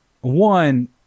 one